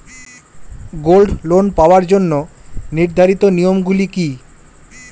Gold loan পাওয়ার জন্য নির্ধারিত নিয়ম গুলি কি?